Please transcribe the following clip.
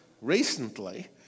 recently